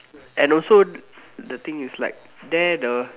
and also the thing is like there the